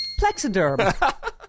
Plexiderm